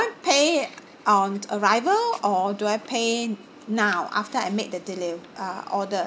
pay on arrival or do I pay now after I make the deliv~ uh order